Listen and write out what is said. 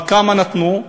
אבל כמה נתנו?